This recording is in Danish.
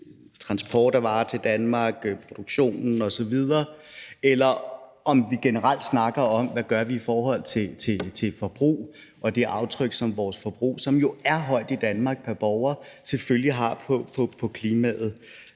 transport af varer til Danmark, produktionen osv., eller om vi generelt snakker om, hvad vi gør i forhold til forbrug og det aftryk, som vores forbrug, som jo er højt i Danmark pr. borger, selvfølgelig har på klimaet.